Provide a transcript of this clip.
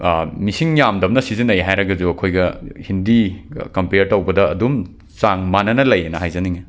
ꯃꯤꯁꯤꯡ ꯌꯥꯝꯗꯕꯅ ꯁꯤꯖꯤꯟꯅꯩ ꯍꯥꯏꯔꯒꯁꯨ ꯑꯩꯈꯣꯏꯒ ꯍꯤꯟꯗꯤꯒ ꯀꯝꯄ꯭ꯌꯥꯔ ꯇꯧꯕꯗ ꯑꯗꯨꯝ ꯆꯥꯡ ꯃꯥꯟꯅꯅ ꯂꯩꯌꯦꯅ ꯍꯥꯏꯖꯅꯤꯡꯏ